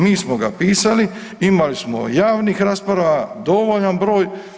Mi smo ga pisali, imali smo javnih rasprava dovoljan broj.